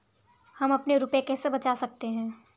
हम अपने रुपये कैसे बचा सकते हैं?